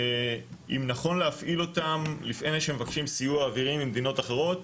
אם נכון להפעיל אותם לפני שמבקשים סיוע אווירי ממדינות אחרות,